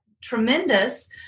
tremendous